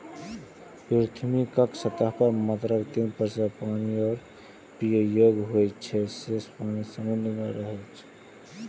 पृथ्वीक सतह पर मात्र तीन प्रतिशत पानि पीबै योग्य होइ छै, शेष पानि समुद्र मे रहै छै